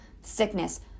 sickness